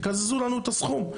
תקזזו לנו את הסכום.